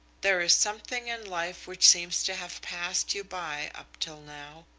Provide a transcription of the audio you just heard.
there is something in life which seems to have passed you by up till now.